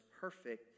perfect